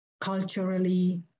culturally